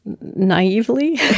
Naively